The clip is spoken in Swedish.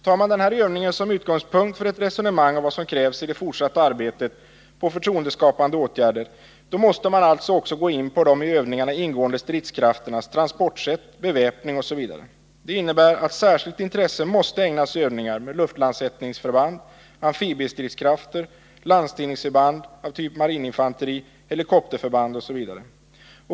Tar man denna övning som utgångspunkt för ett resonemang om vad som krävs i det fortsatta arbetet på förtroendeskapande åtgärder, måste man också gå in på de i övningarna ingående stridskrafternas transportsätt, beväpning, osv. Detta innebär att särskilt intresse måste ägnas övningar med luftlandsättningsförband, amfibiestridskrafter, landstigningsförband av typ marininfanteri, helikopterförband osv.